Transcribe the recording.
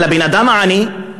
אבל הבן-אדם העני?